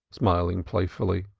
smiling playfully,